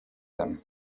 them